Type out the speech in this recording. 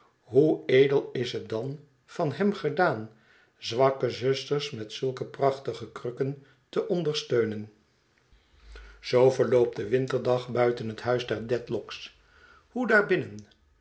hoe edel is het dan van hem gedaan zwakke zusters met zulke prachtige krukken te ondersteunen het verlaten huis zoo verloopt de winterdag buiten het huis der dedlock's hoe daarbinnen